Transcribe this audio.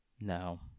No